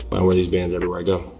but i wear these bands everywhere i go.